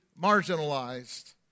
marginalized